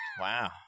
Wow